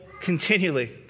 continually